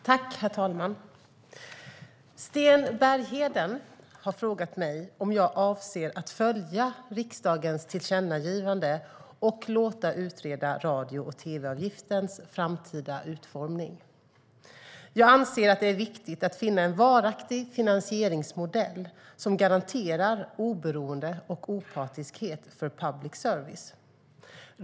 Herr talman! Sten Bergheden har frågat mig om jag avser att följa riksdagens tillkännagivande och låta utreda radio och tv-avgiftens framtida utformning. Jag anser att det är viktigt att finna en varaktig finansieringsmodell som garanterar oberoende och opartiskhet för public service.